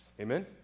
Amen